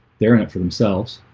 they're in it for themselves